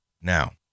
Now